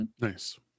Nice